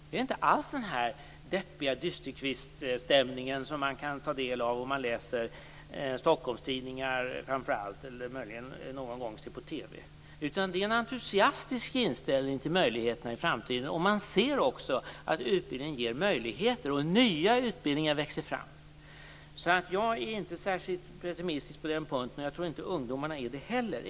Det är inte alls den här deppiga dysterkviststämningen som man kan ta del av om man läser framför allt Stockholmstidningar eller möjligen någon gång ser på TV. Det är i stället en entusiastisk inställning till möjligheterna i framtiden. Man ser också att utbildningen ger möjligheter, och att nya utbildningar växer fram. Jag är alltså inte särskilt pessimistisk på den punkten, och jag tror inte att ungdomarna är det heller.